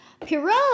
Pierrot